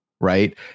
right